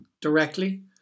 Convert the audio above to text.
directly